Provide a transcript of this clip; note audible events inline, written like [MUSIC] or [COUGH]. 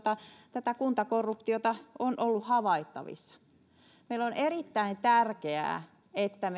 tätä kuntakorruptiota on ollut havaittavissa meillä on erittäin tärkeää että [UNINTELLIGIBLE]